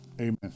amen